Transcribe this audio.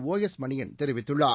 ஒஎஸ்மணியன் தெரிவித்துள்ளார்